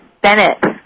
Bennett